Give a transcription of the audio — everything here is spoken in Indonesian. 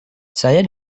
saya